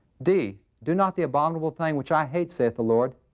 d, do not the abominable thing, which i hate, said the lord.